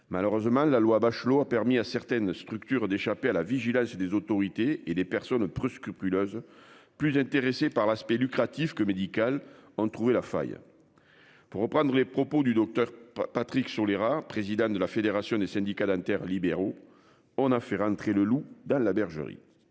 Malheureusement la loi Bachelot a permis à certaines structures d'échapper à la vigilance des autorités et des personnes presque plus. Plus intéressés par l'aspect lucratif que médical ont trouvé la faille. Pour reprendre les propos du Docteur Patrick sur les rares, président de la Fédération des syndicats dentaires libéraux. On a fait rentrer le loup dans la bergerie.